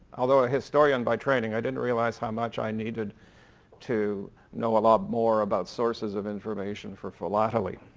although a historian by training, i didn't realize how much i needed to know a lot more about sources of information for philately.